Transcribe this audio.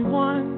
one